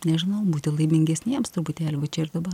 nežinau būti laimingesniems truputėlį va čia ir dabar